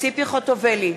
ציפי חוטובלי,